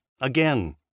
again